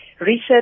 Research